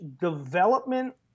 development